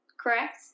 correct